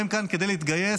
והם כאן כדי להתגייס,